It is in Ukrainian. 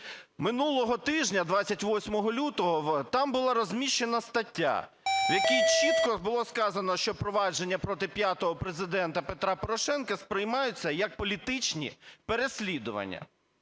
Минулого тижня 28 лютого там була розміщена стаття, в якій чітко було сказано, що провадження проти п'ятого Президента Порошенка сприймаються як політичні переслідування.